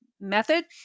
method